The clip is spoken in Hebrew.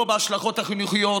לא בהשלכות החינוכיות,